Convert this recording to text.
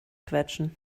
quetschen